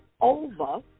over